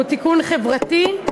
הוא תיקון חברתי.